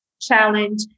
challenge